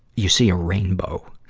you see a rainbow.